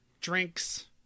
drinks